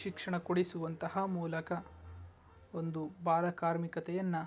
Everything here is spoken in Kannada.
ಶಿಕ್ಷಣ ಕೊಡಿಸುವಂತಹ ಮೂಲಕ ಒಂದು ಬಾಲಕಾರ್ಮಿಕತೆಯನ್ನು